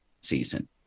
season